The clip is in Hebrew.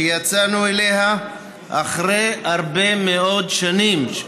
שיצאנו אליה אחרי הרבה מאוד שנים.